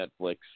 Netflix